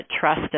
trust